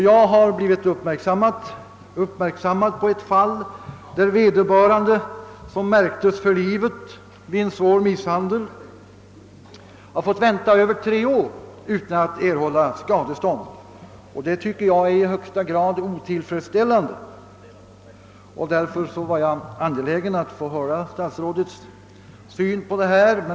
Jag har blivit uppmärksamgjord på ett fall där vederbörande, som märktes för livet vid en svår misshandel, har fått vänta över tre år utan att erhålla skadestånd. Det tycker jag är i högsta grad otillfredsställande, och därför var jag angelägen att få höra statsrådets syn på denna fråga.